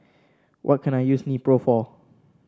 what can I use Nepro for